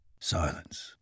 Silence